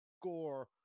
score